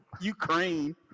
Ukraine